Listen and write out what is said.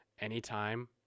Anytime